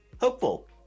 Hopeful